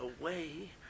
away